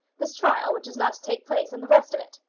this trial which is not to take place, and the rest of it.